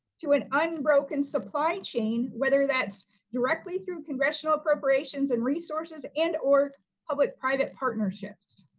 to an unbroken supply chain, whether that's directly through congressional appropriations, and resources, and or public-private partnerships?